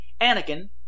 Anakin